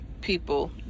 people